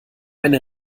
eine